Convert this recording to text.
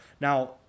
Now